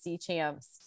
champs